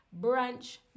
Brunch